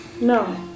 No